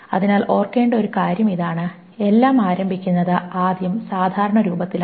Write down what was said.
അതിനാൽ ഓർക്കേണ്ട ഒരു കാര്യം ഇതാണ് എല്ലാം ആരംഭിക്കുന്നത് ആദ്യ സാധാരണ രൂപത്തിലാണ്